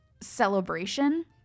celebration